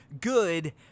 good